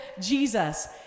Jesus